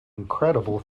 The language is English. incredible